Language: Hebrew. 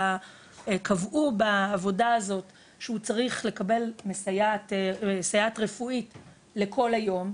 וקבעו בעבודה הזאת שהוא צריך לקבל סייעת רפואית לכל היום,